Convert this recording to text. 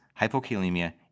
hypokalemia